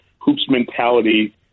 hoops-mentality